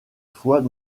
fois